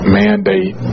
mandate